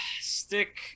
stick